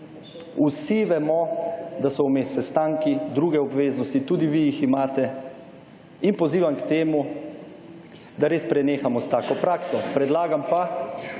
Vsi vemo, da so vmes sestanki, druge obveznosti. Tudi vi jih imate. In pozivam k temu, da res prenehamo s tako prakso. Predlagam pa,